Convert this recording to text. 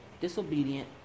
disobedient